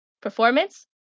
Performance